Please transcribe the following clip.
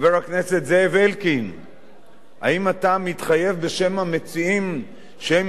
האם אתה מתחייב בשם המציעים שהם יעמדו בסיכום שלפיו כל התקדמות